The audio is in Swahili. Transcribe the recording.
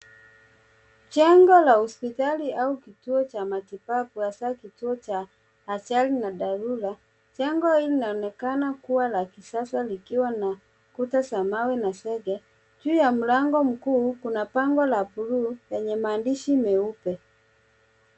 Jengo la hospitali au kituo cha matibabu hasa kituo cha ajali na dharura. Jengo inaonekana kuwa la kisasa likiwa na kuta za mawe na zege. Juu ya mlango mkuu kuna bango la bluu lenye maandishi meupe.